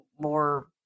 more